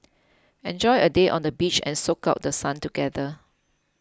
enjoy a day on the beach and soak up The Sun together